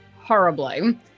horribly